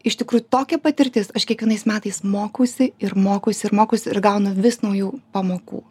iš tikrųjų tokia patirtis aš kiekvienais metais mokausi ir mokausi ir mokausi ir gaunu vis naujų pamokų